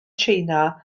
china